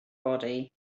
body